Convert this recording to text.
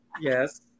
yes